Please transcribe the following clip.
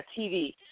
TV